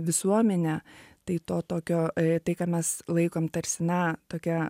visuomenę tai to tokio tai ką mes laikom tarsi na tokia